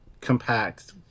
compact